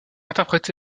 interprète